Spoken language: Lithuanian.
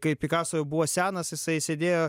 kai pikaso jau buvo senas jisai sėdėjo